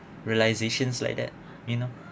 realizations like that you know